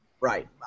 Right